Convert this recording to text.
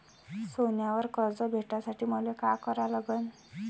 सोन्यावर कर्ज भेटासाठी मले का करा लागन?